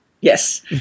Yes